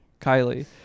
Kylie